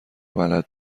بلد